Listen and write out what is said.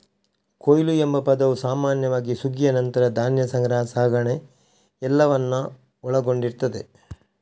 ಕೊಯ್ಲು ಎಂಬ ಪದವು ಸಾಮಾನ್ಯವಾಗಿ ಸುಗ್ಗಿಯ ನಂತರ ಧಾನ್ಯ ಸಂಗ್ರಹ, ಸಾಗಣೆ ಎಲ್ಲವನ್ನ ಒಳಗೊಂಡಿರ್ತದೆ